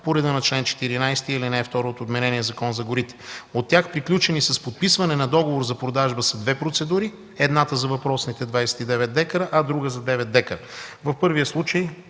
по реда на чл. 14, ал. 2 от отменения Закон за горите. От тях приключени с подписване на договор за продажба са две процедури – едната за въпросните 29 декара, а друга за 9 декара. В първия случай